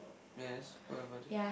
yes what about it